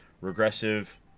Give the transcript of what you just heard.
regressive